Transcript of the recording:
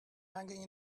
hanging